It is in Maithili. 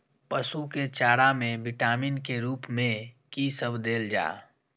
पशु के चारा में विटामिन के रूप में कि सब देल जा?